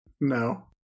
no